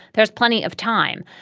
there's plenty of time.